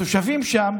התושבים שם